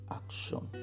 action